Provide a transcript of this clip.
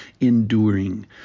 enduring